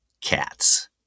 Cats